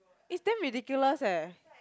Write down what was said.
is damn ridiculous eh